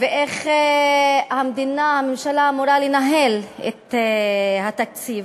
ואיך המדינה, הממשלה, אמורה לנהל את התקציב.